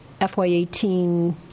FY18